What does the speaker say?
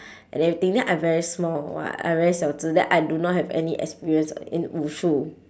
and everything then I very small [what] I very 小子 then I do not have any experience in 武术